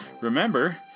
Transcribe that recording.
Remember